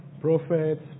prophets